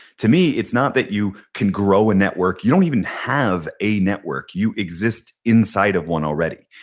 to me, it's not that you can grow a network. you don't even have a network. you exist inside of one already.